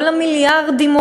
כל המיליארדים,